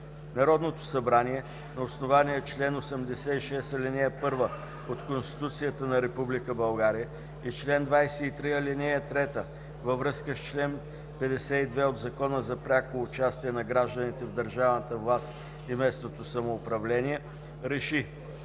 Народното събрание на основание чл. 86, ал. 1 от Конституцията на Република България и чл. 23, ал. 3 във връзка с чл. 52 от Закона за пряко участие на гражданите в държавната власт и местното самоуправление РЕШИ: